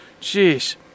Jeez